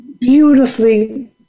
beautifully